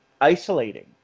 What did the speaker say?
isolating